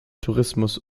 tourismus